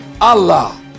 Allah